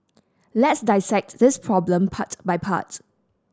let's dissect this problem part by part